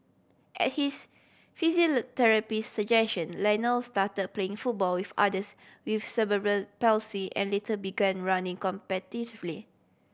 at his physiotherapist suggestion Lionel start playing football with others with cerebral palsy and later began running competitively